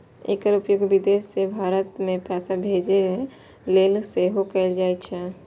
एकर उपयोग विदेश सं भारत मे पैसा भेजै लेल सेहो कैल जाइ छै